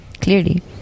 Clearly